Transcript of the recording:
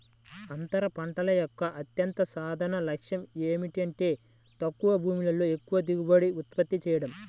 అంతర పంటల యొక్క అత్యంత సాధారణ లక్ష్యం ఏమిటంటే తక్కువ భూమిలో ఎక్కువ దిగుబడిని ఉత్పత్తి చేయడం